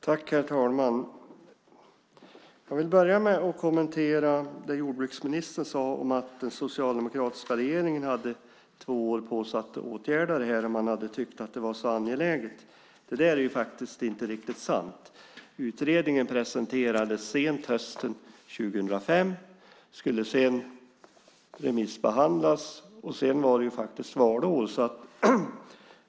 Herr talman! Jag vill börja med att kommentera det som jordbruksministern sade om att den socialdemokratiska regeringen hade haft två år på sig att åtgärda det här om man hade tyckt att det var så angeläget. Det är inte riktigt sant. Utredningen presenterades sent på hösten 2005, skulle sedan remissbehandlas, och sedan var det faktiskt valår.